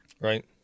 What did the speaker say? Right